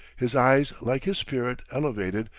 his eyes like his spirit elevated,